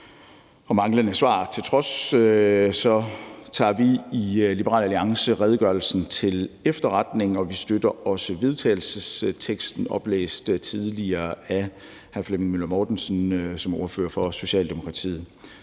og manglende svar til trods tager vi i Liberal Alliance redegørelsen til efterretning, og vi støtter også vedtagelsesteksten oplæst tidligere af hr. Flemming Møller Mortensen som ordfører for Socialdemokratiet.